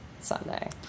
Sunday